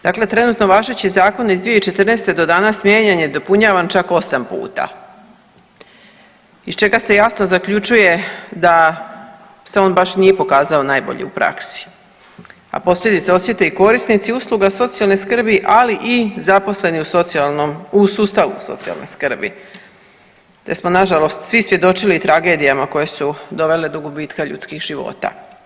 Dakle, trenutno važeći zakon iz 2014. do danas mijenjan je i dopunjavan čak 8 puta iz čega se jasno zaključuje da se on baš nije pokazao najbolji u praksi, pa posljedice osjete i korisnici usluga socijalne skrbi, ali i zaposleni u socijalnom, u sustavu socijalne skrbi, jesmo nažalost svi svjedočili tragedijama koje su dovele do gubitka ljudskih života.